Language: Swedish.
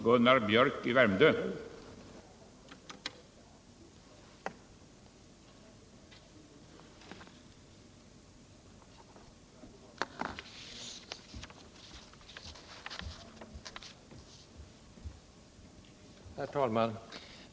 Herr talman!